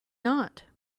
not